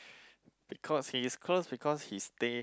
because he is close because he stay